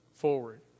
forward